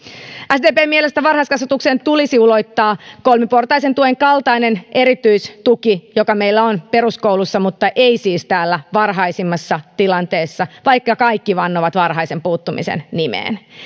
sdpn mielestä varhaiskasvatukseen tulisi ulottaa kolmiportaisen tuen kaltainen erityistuki joka meillä on peruskoulussa mutta ei siis täällä varhaisimmissa tilanteissa vaikka kaikki vannovat varhaisen puuttumisen nimeen